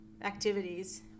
activities